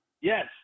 Yes